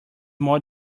more